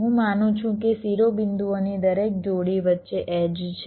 હું માનું છું કે શિરોબિંદુઓની દરેક જોડી વચ્ચે એડ્જ છે